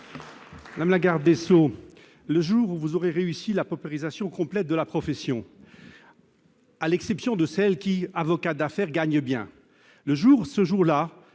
Madame la garde des sceaux, le jour où vous aurez réussi la paupérisation complète de la profession, à l'exception des avocats d'affaires qui gagnent bien leur vie, vous